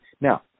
Now